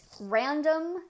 random